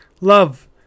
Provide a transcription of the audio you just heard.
Love